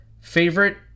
Favorite